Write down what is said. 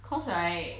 cause right